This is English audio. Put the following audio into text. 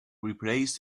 replace